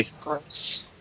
Gross